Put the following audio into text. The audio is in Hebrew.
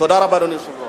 תודה רבה, אדוני היושב-ראש.